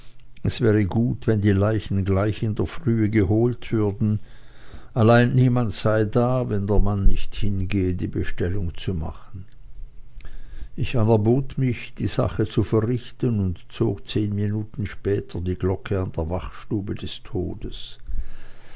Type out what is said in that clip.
es wäre gut wenn die leichen gleich in der frühe geholt würden allein niemand sei da wenn der mann nicht hingehe die bestellung zu machen ich anerbot mich die sache zu verrichten und zog zehn minuten später die glocke an der wachstube des todes